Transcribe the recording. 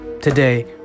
today